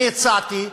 אני הצעתי,